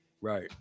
Right